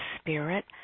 spirit